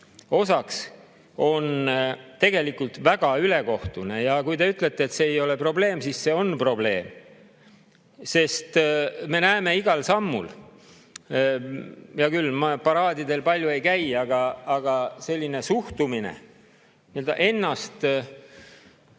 osaks, on väga ülekohtune. Ja kui te ütlete, et see ei ole probleem, siis see on probleem. Sest me näeme igal sammul – hea küll, ma paraadidel palju ei käi, aga selline suhtumine, et ennast